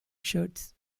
shirts